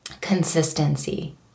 consistency